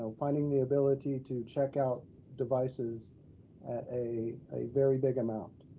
um finding the ability to check out devices at a a very big amount,